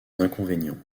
inconvénients